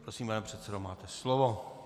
Prosím, pane předsedo, máte slovo.